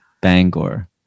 Bangor